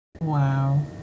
Wow